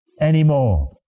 anymore